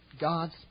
God's